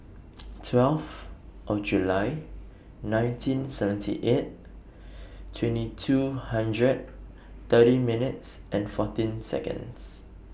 twelve of July nineteen seventy eight twenty two hundred thirty minutes and fourteen Seconds